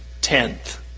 tenth